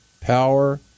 Power